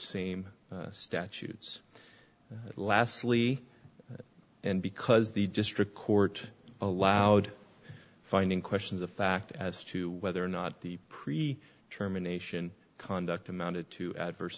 same statutes lasley and because the district court allowed finding questions of fact as to whether or not the pre determination conduct amounted to adverse